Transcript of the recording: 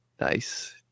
nice